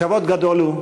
כבוד גדול הוא,